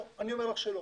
לא, אני אומר לך שלא.